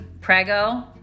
prego